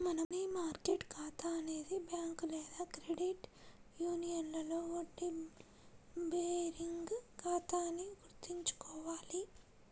money market ఖాతా అనేది bank లేదా క్రెడిట్ యూనియన్లో వడ్డీ బేరింగ్ ఖాతా అని గుర్తుంచుకోవాలి